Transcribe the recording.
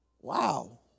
Wow